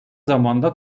zamanda